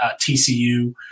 TCU